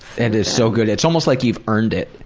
that is so good. it's almost like you've earned it.